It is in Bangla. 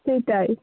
সেটাই